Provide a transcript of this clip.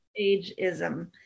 ageism